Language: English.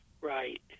Right